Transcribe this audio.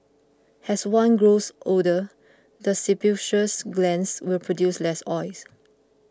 as one grows older the sebaceous glands will produce less oils